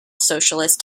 socialist